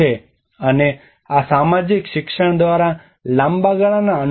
અને આ સામાજિક શિક્ષણ દ્વારા લાંબા ગાળાના અનુકૂલન છે